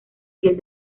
piel